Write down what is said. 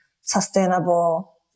sustainable